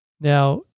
Now